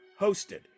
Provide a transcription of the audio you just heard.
hosted